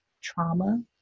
trauma